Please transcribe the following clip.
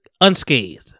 unscathed